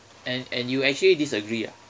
and and you actually disagree ah